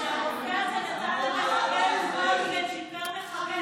זה אומר שהרופא הזה נתן למחבל עוגות וצ'יפר מחבל,